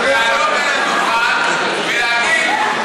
זה רעיון טוב לעלות על הדוכן ולהגיד מה